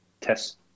test